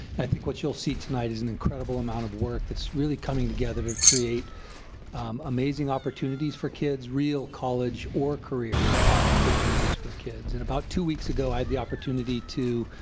i think what you'll see tonight is an incredible amount of work that's really coming together to create amazing opportunities for kids. real college or career opportunities for kids. and about two weeks ago i had the opportunity to,